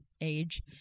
age